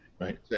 right